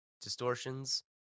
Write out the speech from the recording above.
distortions